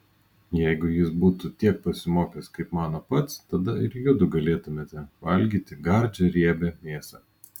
jeigu jis būtų tiek pasimokęs kaip mano pats tada ir judu galėtumėte valgyti gardžią riebią mėsą